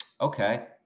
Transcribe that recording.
okay